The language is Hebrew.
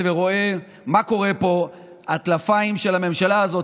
בואו נירגע.